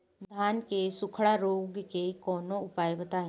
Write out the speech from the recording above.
धान के सुखड़ा रोग के कौनोउपाय बताई?